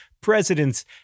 presidents